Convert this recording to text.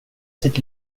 sitt